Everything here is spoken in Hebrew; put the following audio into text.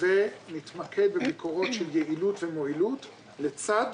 ונתמקד בביקורות של יעילות ומועלות לצד